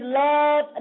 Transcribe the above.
love